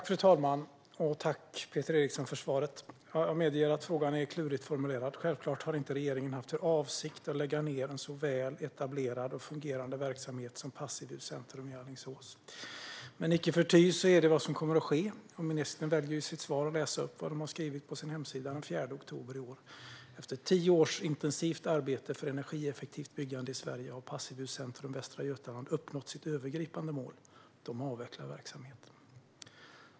Fru talman! Tack, Peter Eriksson, för svaret! Jag medger att frågan är klurigt formulerad. Självklart har regeringen inte haft för avsikt att lägga ned en så väl etablerad och fungerande verksamhet som Passivhuscentrum i Alingsås. Men icke förty är det vad som kommer att ske. Ministern väljer ju i sitt svar att läsa upp vad de skrev på sin hemsida den 4 oktober i år: "Efter tio års intensivt arbete för energieffektivt byggande i Sverige, har Passivhuscentrum Västra Götaland uppnått sitt övergripande mål." De avvecklar verksamheten.